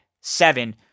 seven